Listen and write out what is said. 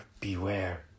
beware